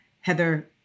Heather